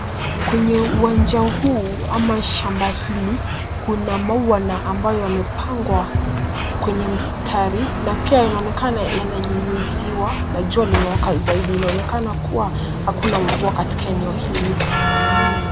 Kwenye uwanja huu ama shamba hili kuna maua na ambayo yamepangwa kwenye mistari na pia yanaoneekana yananyunyuziwa na jua limewaka zaidi. Inaonekana kuwa hakuna mvua katika eneo hili.